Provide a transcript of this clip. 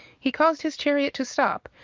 he caused his chariot to stop,